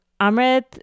Amrit